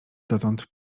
dotąd